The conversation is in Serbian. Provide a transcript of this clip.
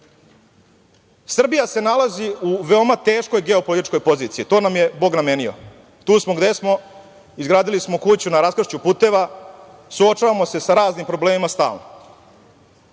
Srbija se nalazi u veoma teškoj geopolitičkoj poziciji. To nam je bog namenio. Tu smo gde smo, izgradili smo kuću na raskršću puteva, suočavamo se sa raznim problemima stalno.